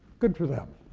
good for them.